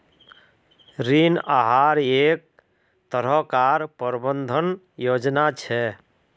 ऋण आहार एक तरह कार प्रबंधन योजना छे